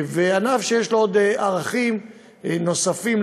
ענף שיש לו ערכים נוספים,